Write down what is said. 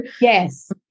Yes